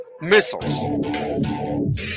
missiles